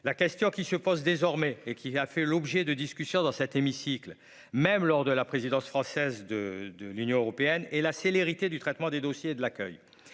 la question qui se pose désormais et qui a fait l'objet de discussions dans cet hémicycle, même lors de la présidence française de l'Union européenne et la célérité du traitement des dossiers de l'accueil